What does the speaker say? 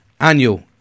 annual